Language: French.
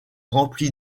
rempli